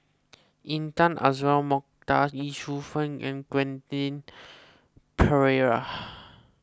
Intan Azura Mokhtar Lee Shu Fen and Quentin Pereira